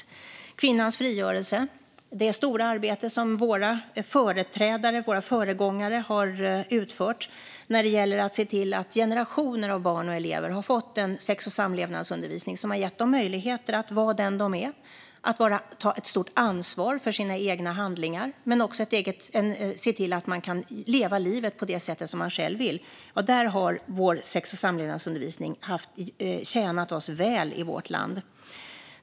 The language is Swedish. Det handlar om kvinnans frigörelse och om det stora arbete som våra företrädare och föregångare har utfört när det gäller att se till att generationer av barn och elever har fått en sex och samlevnadsundervisning som har gett dem möjligheter att vara den de är och att ta ett stort ansvar för sina egna handlingar men också när det gäller att se till att man kan leva livet på det sätt som man själv vill. Där har vår sex och samlevnadsundervisning tjänat oss väl i vårt land.